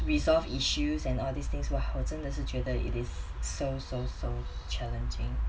resolve issues and all these things were !wah! 我真的是觉得 it is so so so challenging